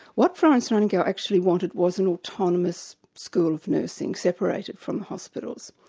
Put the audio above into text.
what florence nightingale actually wanted was an autonomous school of nursing, separated from hospitals.